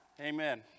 Amen